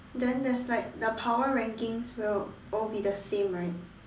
then there's like the power rankings will all be the same right